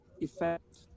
effect